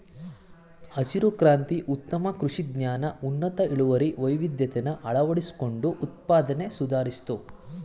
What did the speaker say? ಹಸಿರು ಕ್ರಾಂತಿ ಉತ್ತಮ ಕೃಷಿ ಜ್ಞಾನ ಉನ್ನತ ಇಳುವರಿ ವೈವಿಧ್ಯತೆನ ಅಳವಡಿಸ್ಕೊಂಡು ಉತ್ಪಾದ್ನೆ ಸುಧಾರಿಸ್ತು